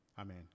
Amen